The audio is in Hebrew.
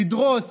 לדרוס